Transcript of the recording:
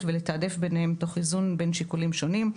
ולתעדף ביניהן תוך איזון בין שיקולים שונים,